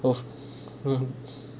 oh hmm